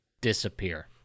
disappear